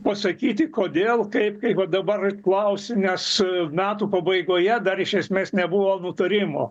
pasakyti kodėl kaip kaip dabar klausi nes metų pabaigoje dar iš esmės nebuvo nutarimo